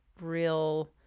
real